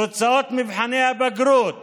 תוצאות מבחני הבגרות